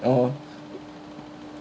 oh